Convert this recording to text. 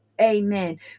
Amen